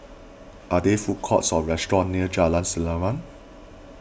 are there food courts or restaurants near Jalan Selimang